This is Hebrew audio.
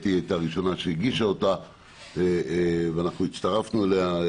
קטי הייתה הראשונה שהגישה אותה ואנחנו הצטרפנו אליה.